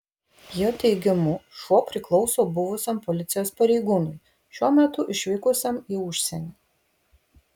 jo teigimu šuo priklauso buvusiam policijos pareigūnui šiuo metu išvykusiam į užsienį